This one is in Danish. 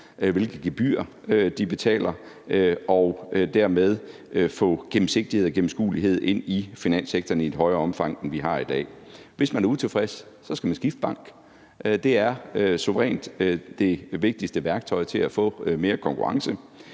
hvilke gebyrer de betaler, og dermed få gennemsigtighed og gennemskuelighed ind i finanssektoren i et større omfang, end vi har i dag. Hvis man er utilfreds, skal man skifte bank. Det er suverænt det vigtigste værktøj til at få mere konkurrence.